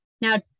Now